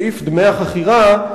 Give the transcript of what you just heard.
סעיף דמי החכירה,